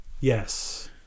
Yes